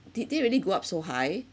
did they really go up so high